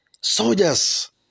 Soldiers